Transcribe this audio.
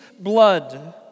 blood